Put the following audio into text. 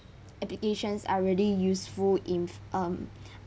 applications are really useful in um